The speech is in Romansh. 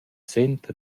sent